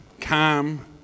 calm